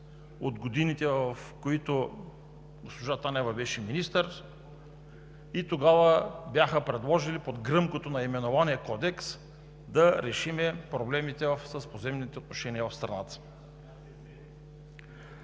от годините, в които госпожа Танева беше министър. Тогава бяха предложили под гръмкото наименование „Кодекс“ да решим проблемите с поземлените отношения в страната.